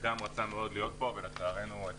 הוא היה אמור להיות פה אבל הוא שוהה בבידוד.